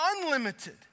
Unlimited